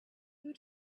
who